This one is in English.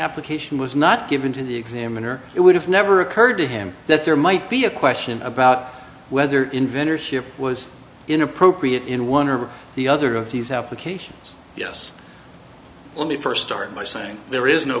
application was not given to the examiner it would have never occurred to him that there might be a question about whether inventor ship was inappropriate in one or the other of these applications yes let me first start by saying there is no